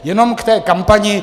Jenom k té kampani.